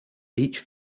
each